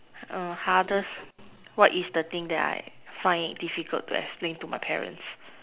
err hardest what is the thing that I find it difficult to explain to my parents